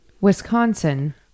Wisconsin